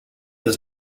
his